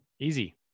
Easy